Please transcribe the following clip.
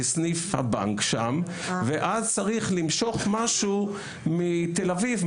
לסניף הבנק שם ואז צריך למשוך משהו מתל אביב,